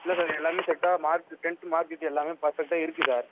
இல்லை சார் எல்லாமே செட்டாக மார்க் டென்த்து மார்க் ஷீட் எல்லாமே பர்ஃபெக்ட்டாக இருக்குது சார்